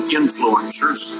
influencers